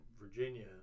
Virginia